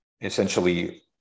essentially